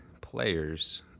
players